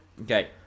Okay